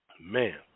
man